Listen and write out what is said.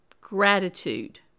gratitude